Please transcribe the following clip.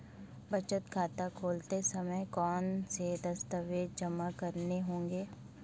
बचत खाता खोलते समय कौनसे दस्तावेज़ जमा करने होंगे?